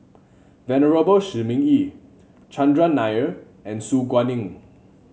Venerable Shi Ming Yi Chandran Nair and Su Guaning